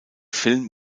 film